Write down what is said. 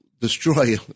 destroy